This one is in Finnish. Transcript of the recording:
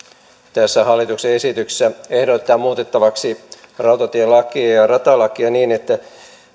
tässä hallituksen esityksessä ehdotetaan muutettavaksi rautatielakia ja ja ratalakia niin että